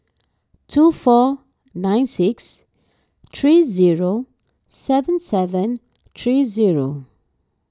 two four nine six three zero seven seven three zero